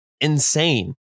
Insane